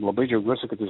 labai džiaugiuosi kad jis